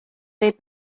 they